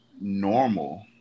normal